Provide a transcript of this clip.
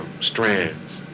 strands